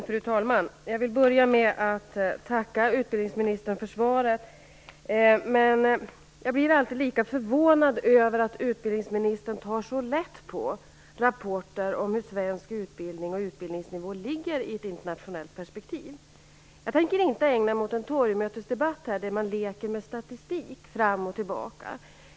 Fru talman! Jag vill börja med att tacka utbildningsministern för svaret. Jag blir alltid lika förvånad över att utbildningsministern tar så lätt på rapporter om svensk utbildningsnivå i ett internationellt perspektiv. Jag tänker inte ägna mig åt någon torgmötesdebatt, där man leker med statistik fram och tillbaka.